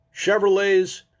Chevrolets